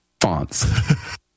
fonts